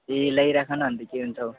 ए ल्याई राख न अन्त के हुन्छ